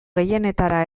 gehienetara